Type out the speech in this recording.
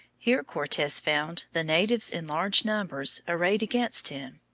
here cortes found the natives in large numbers arrayed against him.